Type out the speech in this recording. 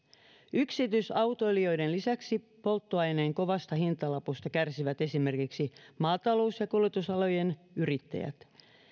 yksityisautoilijoiden lisäksi polttoaineen kovasta hintalapusta kärsivät esimerkiksi maatalous ja kuljetusalojen yrittäjät